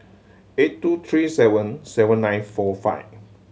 eight two three seven seven nine four five